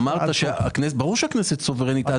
ברור שהכנסת סוברנית להחליט.